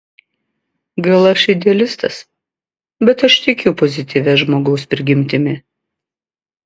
gal aš idealistas bet aš tikiu pozityvia žmogaus prigimtimi